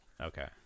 Okay